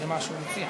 לבין מה שהוא מציע.